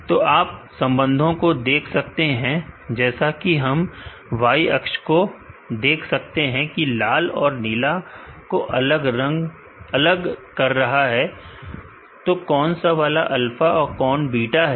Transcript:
तो आप संबंधों को देख सकते हैं जैसा कि हम Y अक्ष को देख सकते हैं जो कि लाल और नीला को अलग कर रहा है तो कौन सा वाला अल्फा और बीटा है